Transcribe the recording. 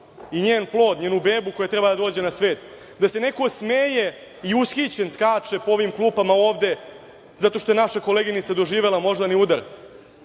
i njen plod, njenu bebu koja treba da dođe na svet. Da se neko smeje i ushićen skače po ovim klupama ovde zato što naša koleginica je doživela moždani udar.